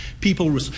People